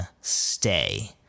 stay